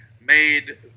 made